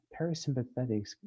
parasympathetics